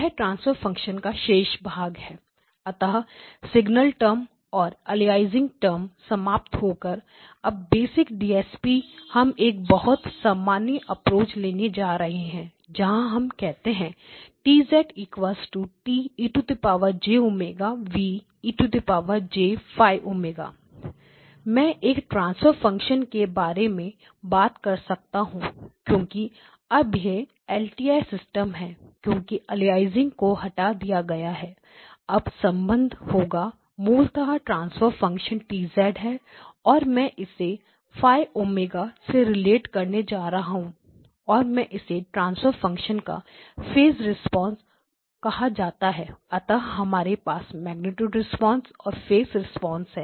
यह transfer function का शेष भाग है अतः सिग्नल टर्म और अलियासिंग टर्म समाप्त होकर T12H0F0H1F112H0H1 H1H0 अब बेसिक डीएसपी DSP हम एक बहुत सामान्य अप्रोच लेने जा रहे हैं जहां हम कहते हैं T ¿ T e jω∨ejϕω मैं एक ट्रांसफर फंक्शन के बारे में बात कर सकता हूं क्योंकि अब यह L T I LTI system है क्योंकि अलियासिंग को हटा दिया गया है अतः संबंध XTX होगा मूलतः ट्रांसफर फंक्शन T है और मैं इसे ϕ ω से रिलेट करने जा रहा हूं और मैं इसे ट्रांसफर फंक्शन का फेज रिस्पांस कहां जाता है अतः हमारे पास मेग्नीट्यूड रिस्पांस और फेज रिस्पांस है